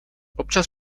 občas